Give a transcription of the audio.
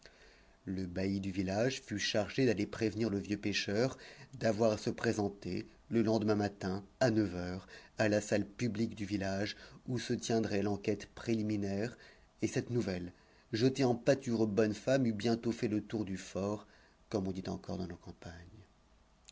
le bailli du village fut chargé d'aller prévenir le vieux pêcheur d'avoir à se présenter le lendemain matin à neuf heures à la salle publique du village où se tiendrait l'enquête préliminaire et cette nouvelle jetée en pâture aux bonnes femmes eut bientôt fait le tour du fort comme on dit encore dans nos campagnes